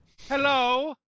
hello